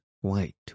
white